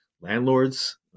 landlords